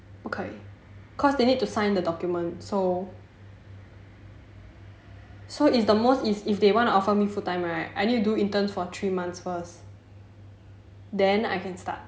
不可以 cause they need to sign the document so so it's the most is if they want to offer me full time right I need to do intern for three months first then I can start